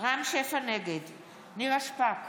נגד נירה שפק,